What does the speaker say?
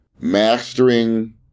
mastering